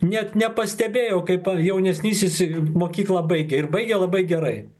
net nepastebėjau kaip jaunesnysis mokyklą baigė ir baigė labai gerai